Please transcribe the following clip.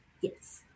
Yes